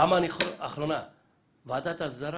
אני קורא בפעם האחרונה שתקום ועדת הסדרה.